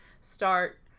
start